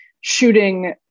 shooting